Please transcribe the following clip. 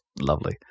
lovely